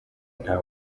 nta